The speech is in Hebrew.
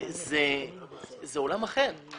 זה עולם אחר.